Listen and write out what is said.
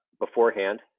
beforehand